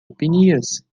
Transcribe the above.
opinias